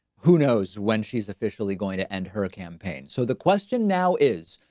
who knows when she's officially going to end her campaign. so the question now is,